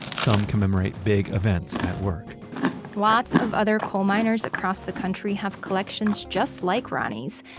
some commemorate big events at work lots of other coal miners across the country have collections just like ronnie's.